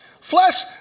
Flesh